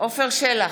עפר שלח,